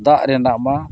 ᱫᱟᱜ ᱨᱮᱱᱟᱜ ᱢᱟ